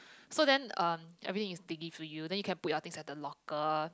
so then um everything is they give to you then you can put your things at the locker